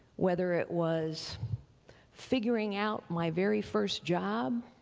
whether it was figuring out my very first job